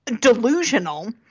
delusional